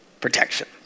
protection